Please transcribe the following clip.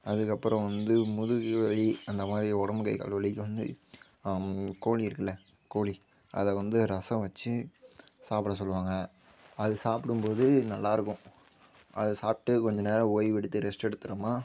அதுக்கப்பறம் வந்து முதுகுவலி அந்த மாதிரி உடம்பு கை கால் வலிக்கு வந்து கோழி இருக்குதுல கோழி அதை வந்து ரசம் வச்சு சாப்பிட சொல்லுவாங்க அது சாப்பிடும் போது நல்லா இருக்கும் அது சாப்பிட்டு கொஞ்ச நேரம் ஓய்வு எடுத்து ரெஸ்ட் எடுத்துறோமா